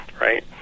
Right